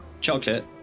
chocolate